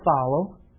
follow